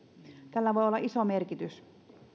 tällä voi olla iso merkitys